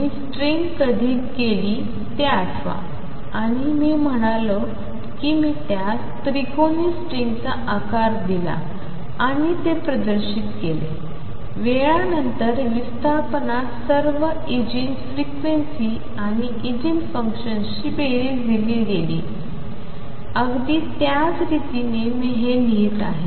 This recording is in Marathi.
मी स्ट्रिंग कधी केली ते आठवा आणि मी म्हणालो की मी त्यास त्रिकोणी स्ट्रिंगचा आकार दिला आणि ते प्रदर्शित केले वेळानंतर विस्थापनास सर्व ईजीन फ्रिक्वेन्सी आणि ईगिन फंक्शन्सची बेरीज दिली गेली अगदी त्याच रीतीने मी असेच लिहीत आहे